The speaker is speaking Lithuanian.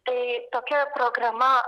tai tokia programa